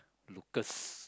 Lucas